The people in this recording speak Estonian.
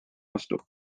vastu